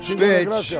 bitch